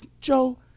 Joe